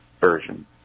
version